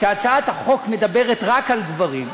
שהצעת החוק מדברת רק על גברים,